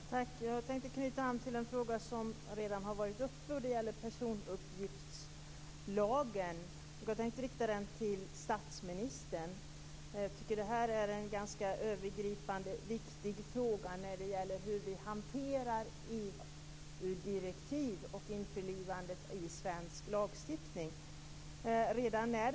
Fru talman! Jag tänkte knyta an till en fråga som redan har varit uppe. Det gäller personuppgiftslagen. Jag tänkte rikta den till statsministern. Jag tycker att frågan om hur vi hanterar EU-direktiv och om införlivandet med svensk lagstiftning är ganska övergripande och viktig.